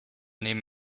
nehm